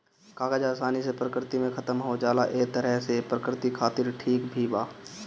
कागज आसानी से प्रकृति में खतम हो जाला ए तरह से प्रकृति खातिर ई ठीक भी बा